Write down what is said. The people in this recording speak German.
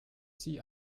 sie